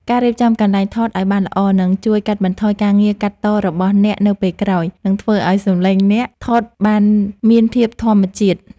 ការរៀបចំកន្លែងថតឱ្យបានល្អនឹងជួយកាត់បន្ថយការងារកាត់តរបស់អ្នកនៅពេលក្រោយ និងធ្វើឱ្យសំឡេងដែលថតបានមានភាពធម្មជាតិ។